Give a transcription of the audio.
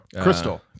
Crystal